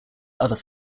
other